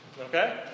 Okay